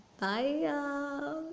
bye